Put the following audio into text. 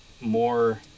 more